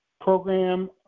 program